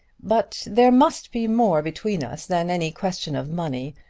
but there must be more between us than any question of money.